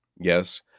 Yes